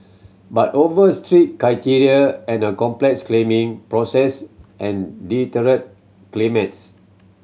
but over strict criteria and a complex claiming process and deterred claimants